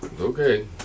Okay